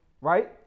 Right